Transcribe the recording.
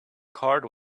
card